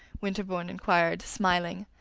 winterbourne inquired, smiling.